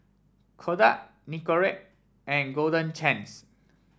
Kodak Nicorette and Golden Chance